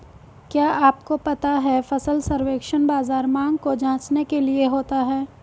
क्या आपको पता है फसल सर्वेक्षण बाज़ार मांग को जांचने के लिए होता है?